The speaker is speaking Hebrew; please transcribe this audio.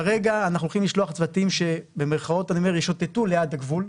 כרגע אנחנו הולכים לשלוח צוותים ש"ישוטטו" ליד הגבול,